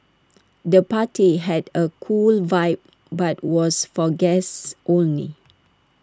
the party had A cool vibe but was for guests only